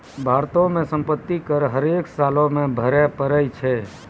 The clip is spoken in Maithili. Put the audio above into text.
भारतो मे सम्पति कर हरेक सालो मे भरे पड़ै छै